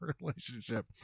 relationship